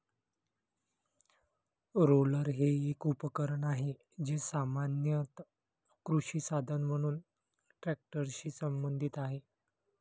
roller हे एक उपकरण आहे, जे सामान्यत कृषी साधन म्हणून ट्रॅक्टरशी संबंधित आहे